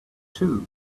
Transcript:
too